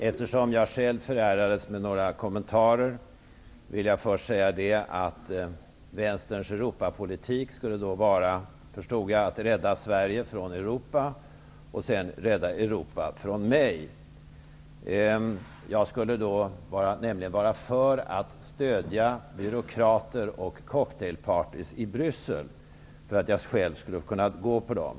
Eftersom jag själv förärades några kommentarer, vill jag först säga att vänsterns Europapolitik skulle, såvitt jag förstod, vara att rädda Sverige från Europa och sedan rädda Europa från mig. Jag skulle nämligen vara för att stödja byråkrater och cocktailpartyn i Bryssel för att jag själv skulle kunna gå på dem.